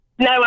No